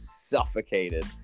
suffocated